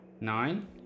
nine